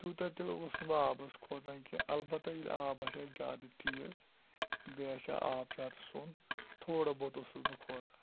تیوٗتاہ تہٕ اوسُس نہٕ بہٕ آبَس کھوژان کینٛہہ اَلبَتہَ ییٚلہِ آب آسہِ ہا زیادٕ تیز بیٚیہِ آسہِ ہا آب زیادٕ سوٚن تھوڑا بہت اوسُس بہٕ کھوژان